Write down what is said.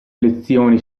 lezioni